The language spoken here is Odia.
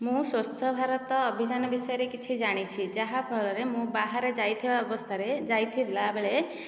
ମୁଁ ସ୍ଵଚ୍ଛ ଭାରତ ଅଭିଯାନ ବିଷୟରେ କିଛି ଜାଣିଛି ଯାହା ଫଳରେ ମୁଁ ବାହାରେ ଯାଇଥିବା ଅବସ୍ଥାରେ ଯାଇଥିଲାବେଳେ